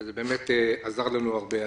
וזה באמת עזר לנו הרבה.